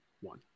one